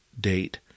date